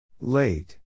Late